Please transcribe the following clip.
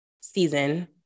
season